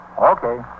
Okay